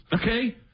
okay